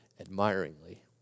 admiringly